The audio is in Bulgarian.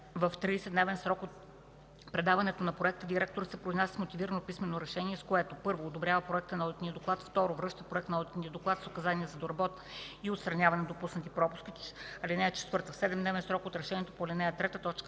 В 30-дневен срок от предаването на проекта директорът се произнася с мотивирано писмено решение, с което: 1. одобрява проекта на одитния доклад; 2. връща проекта на одитен доклад с указания за доработване и отстраняване на допуснатите пропуски. (4) В 7-дневен срок от решението по ал. 3, т.